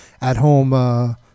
at-home